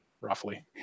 roughly